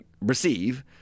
receive